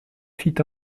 fit